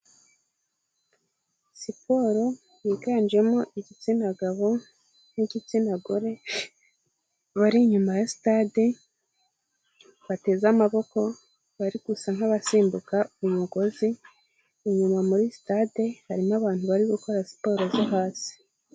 Siporo yiganjemo igitsina gabo n'igitsina gore bari inyuma ya sitade bateze amaboko bari gusa nk'abasimbuka umugozi, inyuma muri sitade harimo abantu bari gukora siporo zo hasi.